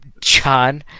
John